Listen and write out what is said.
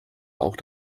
auch